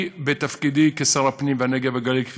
בתפקידי כשר הפנים וכשר לפיתוח הפריפריה,